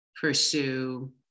pursue